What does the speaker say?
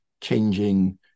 changing